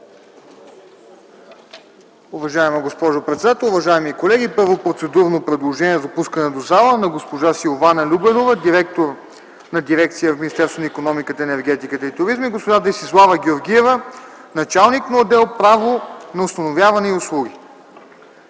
Уважаема госпожо председател, уважаеми колеги! Първо, процедурно предложение за допускане до залата на госпожа Силвана Любенова – директор на дирекция в Министерството на икономиката, енергетиката и туризма, и госпожа Десислава Георгиева – началник на отдел „Право на установяване и услуги”.